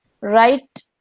right